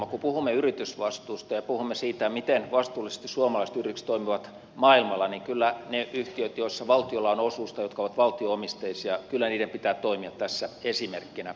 kun puhumme yritysvastuusta ja puhumme siitä miten vastuullisesti suomalaiset yritykset toimivat maailmalla niin kyllä niiden yhtiöiden joissa valtiolla on osuus tai jotka ovat valtio omisteisia pitää toimia tässä esimerkkinä